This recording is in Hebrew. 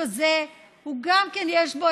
זה לא